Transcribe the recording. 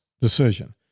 decision